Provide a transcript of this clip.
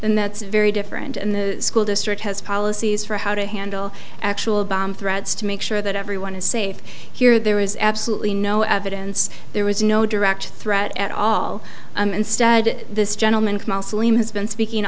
and that's very different and the school district has policies for how to handle actual bomb threats to make sure that everyone is safe here there was absolutely no evidence there was no direct threat at all and studded this gentleman has been speaking